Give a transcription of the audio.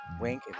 Wink